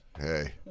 Hey